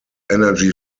energy